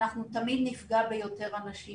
אנחנו תמיד נפגע ביותר אנשים